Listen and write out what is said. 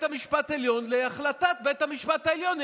המשפט העליון להחלטת בית המשפט העליון,